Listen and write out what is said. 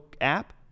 app